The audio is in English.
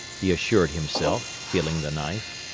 he assured himself, feeling the knife.